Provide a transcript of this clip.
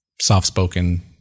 soft-spoken